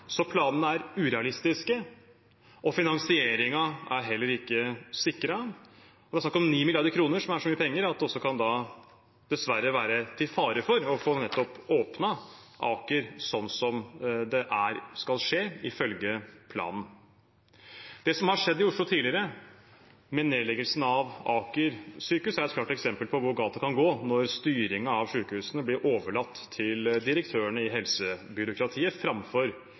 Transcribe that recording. Planene er urealistiske, og finansieringen er heller ikke sikret. Det er snakk om 9 mrd. kr, som er så mye penger at det dessverre kan være en fare for ikke å få gjenåpnet Aker sykehus ifølge planen. Det som har skjedd i Oslo tidligere, med nedleggelsen av Aker sykehus, er et klart eksempel på hvor galt det kan gå når styringen av sykehusene blir overlatt til direktørene i helsebyråkratiet framfor